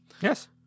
Yes